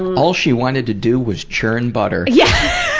all she wanted to do was churn butter. yeah!